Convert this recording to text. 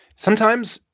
sometimes,